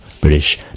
British